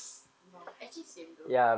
ya actually same though